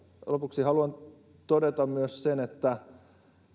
lopuksi haluan todeta myös sen että